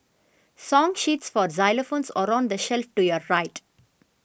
song sheets for xylophones are on the shelf to your right